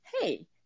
hey